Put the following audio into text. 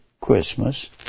Christmas